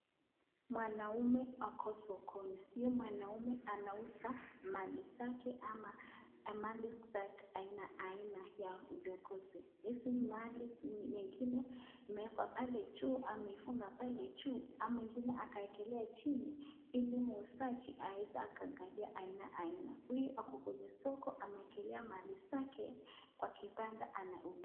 Mwanaume Ako sokoni, mwanaume anauza mali zake ama mali za aina aina za udokozi , Hizi mali mengine imewekwa pale juu na mwingine akawekelea chini, Ili muuzaji aweze akiangalia aina aina, huyu Ako kwenye soko amewekelea mali zake kwa kipanda anauza.